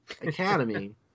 academy